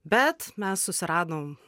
bet mes susiradom